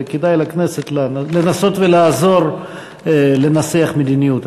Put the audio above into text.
וכדאי לכנסת לנסות ולעזור לנסח מדיניות.